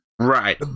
right